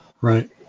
Right